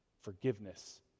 forgiveness